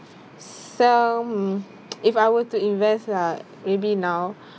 sell mm if I were to invest lah maybe now